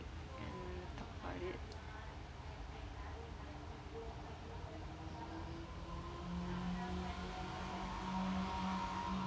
mm talk about it